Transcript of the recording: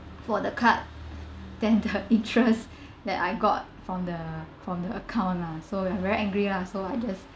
for the card then the interest that I got from the from the account lah so ya very angry lah so I just